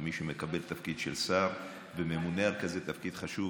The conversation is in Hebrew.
מי שמקבל תפקיד של שר וממונה על כזה תפקיד חשוב,